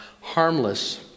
harmless